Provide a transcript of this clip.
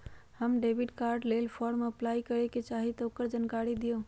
हम debit card के लेल फॉर्म अपलाई करे के चाहीं ल ओकर जानकारी दीउ?